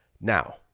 Now